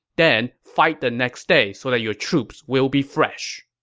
then fight the next day so that your troops will be fresh.